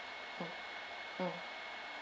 mm mm